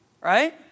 right